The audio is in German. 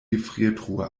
gefriertruhe